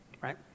right